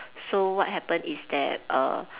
so what happen is that err